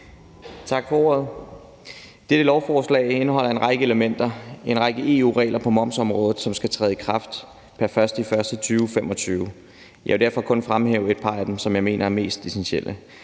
Tak for ordet. Dette lovforslag indeholder en række elementer, en række EU-regler på momsområdet, som skal træde i kraft pr. 1. januar 2025. Jeg vil derfor kun fremhæve et par af dem, som jeg mener er mest essentielle.